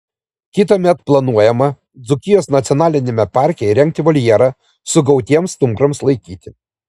kitąmet planuojama dzūkijos nacionaliniame parke įrengti voljerą sugautiems stumbrams laikyti